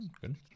Good